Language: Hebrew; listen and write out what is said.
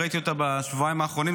ראיתי אותה בשבועיים האחרונים,